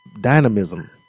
Dynamism